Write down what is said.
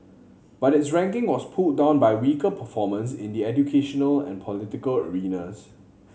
but its ranking was pulled down by weaker performance in the educational and political arenas